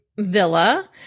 villa